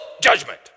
judgment